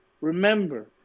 Remember